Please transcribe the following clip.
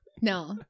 No